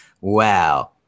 Wow